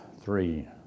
three